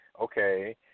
okay